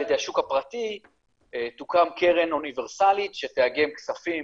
שהשוק הפרטי לא יפרוס שם בכוחות עצמו,